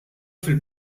fil